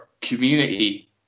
community